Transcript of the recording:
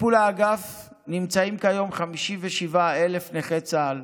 בטיפול האגף נמצאים כיום 57,000 נכי צה"ל